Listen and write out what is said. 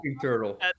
turtle